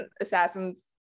Assassins